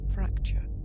Fracture